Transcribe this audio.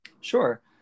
Sure